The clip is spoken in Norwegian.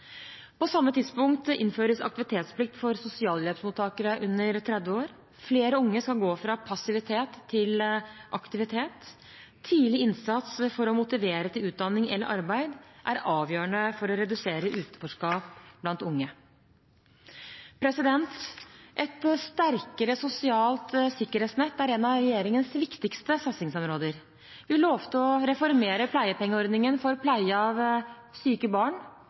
samme tidspunkt innføres aktivitetsplikt for sosialhjelpsmottakere under 30 år. Flere unge skal gå fra passivitet til aktivitet. Tidlig innsats for å motivere til utdanning eller arbeid er avgjørende for å redusere utenforskap blant unge. Et sterkere sosialt sikkerhetsnett er et av regjeringens viktigste satsingsområder. Vi lovte å reformere pleiepengeordningen for pleie av syke barn.